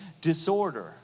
disorder